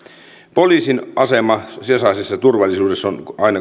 poliisin asema sisäisessä turvallisuudessa